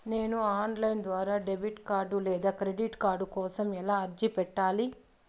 నేను online ద్వారా debit card లేదా క్రెడిట్ కార్డు కోసం ఎలా అర్జీ పెట్టాలి?